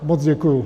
Moc děkuji.